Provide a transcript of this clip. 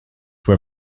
were